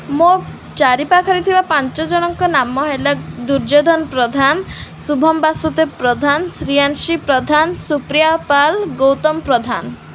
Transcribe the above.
ମୋ ଚାରିପାଖରେ ଥିବା ପାଞ୍ଚଜଣଙ୍କ ନାମ ହେଲା ଦୁର୍ଯ୍ୟୋଧନ ପ୍ରଧାନ ଶୁଭମ ବାସୁଦେବ ପ୍ରଧାନ ଶ୍ରିୟାଂଶୀ ପ୍ରଧାନ ସୁପ୍ରିୟା ପାଲ୍ ଗୌତମ ପ୍ରଧାନ